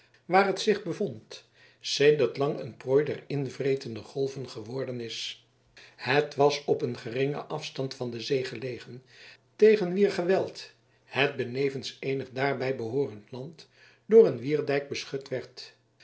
waar het zien bevond sedert lang een prooi der invretende golven geworden is het was op een geringen afstand van de zee gelegen tegen wier geweld het benevens eenig daarbij behoorend land door een wierdijk beschut werd